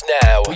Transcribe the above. now